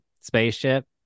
spaceship